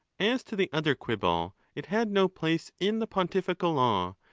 as to the other quibble, it had no place in the pontifical law,